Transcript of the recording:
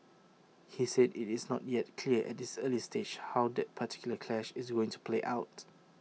he said IT is not yet clear at this early stage how that particular clash is going to play out